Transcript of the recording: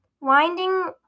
winding